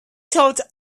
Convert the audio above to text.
thought